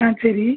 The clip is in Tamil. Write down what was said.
ஆ சரி